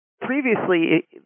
Previously